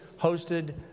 hosted